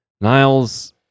Niles